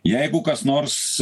jeigu kas nors